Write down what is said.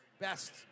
best